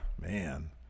Man